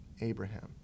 Abraham